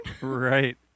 Right